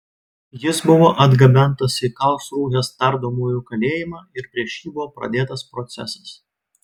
jis buvo atgabentas į karlsrūhės tardomųjų kalėjimą ir prieš jį buvo pradėtas procesas